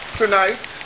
tonight